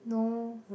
no